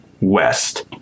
West